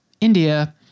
India